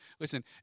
listen